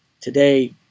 Today